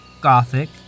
Gothic